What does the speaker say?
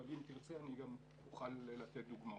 אבל אם תרצה אני אוכל גם לתת דוגמאות.